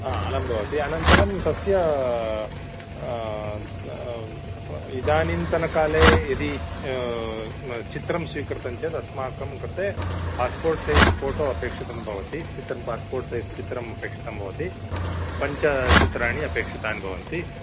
आ अलं भवति अनन्तरं तस्य इदानीन्तनकाले यदि चित्रं स्वीकृतं चेत् अस्माकं कृते पास्पोर्ट् सैज़् फ़ोटो अपेक्षितं भवति चित्रं पास्पोर्ट् सैज़् चित्रम् अपेक्षितं भवति पञ्चचित्राणि अपेक्षितानि भवन्ति